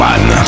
One